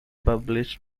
published